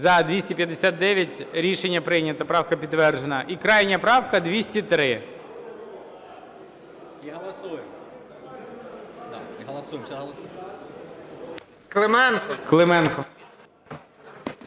За-259 Рішення прийнято. Правка підтверджена. І крайня правка, 203. Клименко.